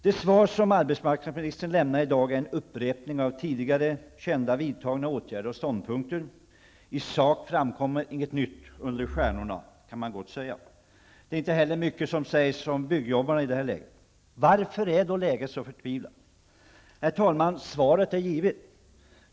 Det svar som arbetsmarknadsministern lämnar i dag är en upprepning av tidigare kända vidtagna åtgärder och ståndpunkter. I sak framkommer ingenting nytt under stjärnorna. Det är inte heller mycket som sägs om byggjobbarna. Varför är då läget så förtvivlat? Herr talman! Svaret är givet.